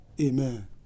Amen